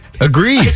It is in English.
Agreed